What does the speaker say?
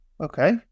Okay